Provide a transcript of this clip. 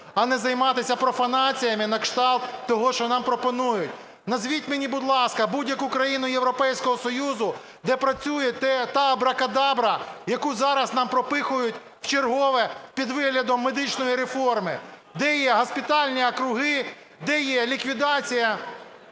а не займатися профанаціями на кшталт того, що нам пропонують. Назвіть мені, будь ласка, будь-яку країну Європейського Союзу, де працює та абракадабра, яку зараз нам пропихують вчергове під виглядом медичної реформи? Де є госпітальні округи, де є ліквідація